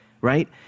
Right